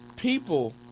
people